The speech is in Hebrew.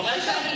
לא ראית?